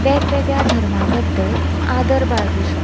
वेगवेगळ्या धर्मा बद्दल आदर बाळगू शकता